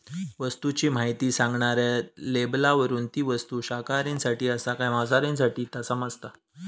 वस्तूची म्हायती सांगणाऱ्या लेबलावरून ती वस्तू शाकाहारींसाठी आसा काय मांसाहारींसाठी ता समाजता